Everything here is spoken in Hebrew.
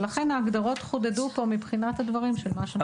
לכן ההגדרות חודדו פה מבחינת הדברים של מה שנדרש.